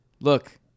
look